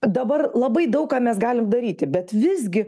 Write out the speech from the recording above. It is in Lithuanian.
dabar labai daug ką mes galim daryti bet visgi